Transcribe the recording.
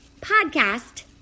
podcast